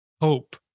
hope